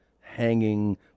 hanging